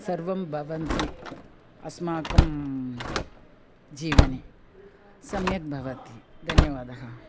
सर्वं भवति अस्माकं जीवने सम्यक् भवति धन्यवादः